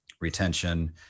retention